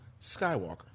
skywalker